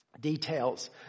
details